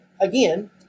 again